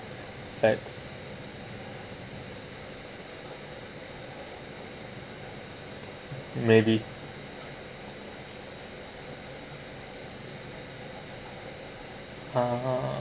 fats maybe (uh huh)